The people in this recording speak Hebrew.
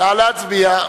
לקריאה ראשונה.